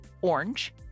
orange